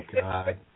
God